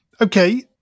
Okay